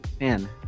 man